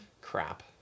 crap